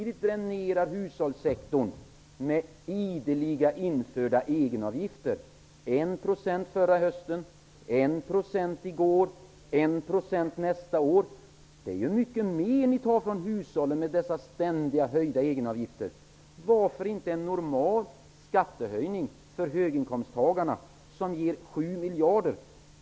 Ni dränerar hushållssektorn genom att ideligen införa egenavgifter. Det var 1 % förra hösten, 1 % i går och 1 % nästa år. Ni tar mycket mer från hushållen med dessa ständigt höjda egenavgifter. Varför inte göra en normal skattehöjning för höginkomsttagarna, som ger 7 miljarder?